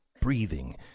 breathing